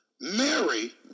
Mary